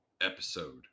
episode